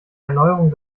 erneuerung